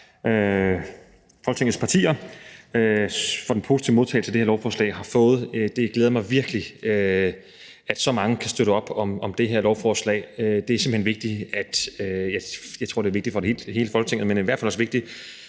Folketingets partier og den positive modtagelse, det her lovforslag har fået. Det glæder mig virkelig, at så mange kan støtte op om det her lovforslag. Det er simpelt hen vigtigt ikke bare for hele Folketinget, men i hvert fald også for